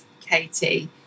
Katie